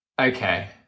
Okay